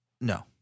no